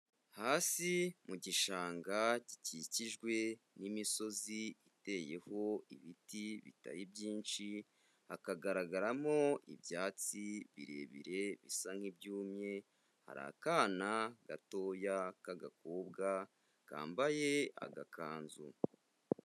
Hasi mu gishanga gikikijwe n'imisozi iteyeho ibiti bitari byinshi, hakagaragaramo ibyatsi birebire bisa nk'ibyumye, hari akana gatoya k'agakobwa kambaye agakanzu.